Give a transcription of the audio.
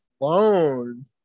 alone